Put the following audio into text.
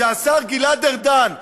שהשר גלעד ארדן,